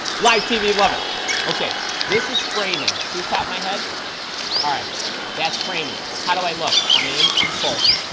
live tv love it okay this is framing so you tap my head all right that's framing how do i look i'm in i'm full